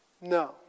No